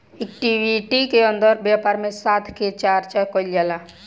equity के अंदर व्यापार में साथ के चर्चा कईल जाला